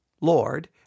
Lord